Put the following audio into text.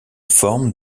forme